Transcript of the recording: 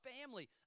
family